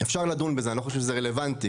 אפשר לדון בזה, אני לא חושב שזה רלוונטי.